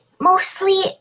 mostly